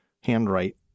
handwrite